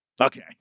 okay